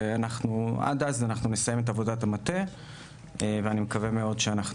עד נובמבר נסיים את עבודת המטה ואני מקווה מאוד שאנחנו